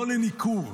לא לניכור,